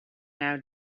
now